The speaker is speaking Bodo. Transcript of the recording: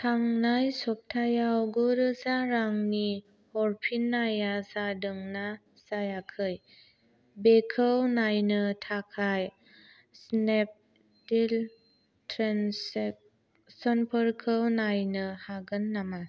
थांनाय सफ्थायाव गुरोजा रांनि हरफिननाया जादोंना जायाखै बेखौ नायनो थाखाय स्नेपडिल ट्रेन्जेकसनफोरखौ नायनो हागोन नामा